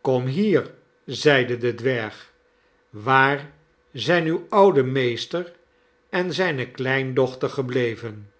kom hier zeide de dwerg waar zijn uw oude meester en zijne kleindochter gebleven